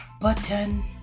button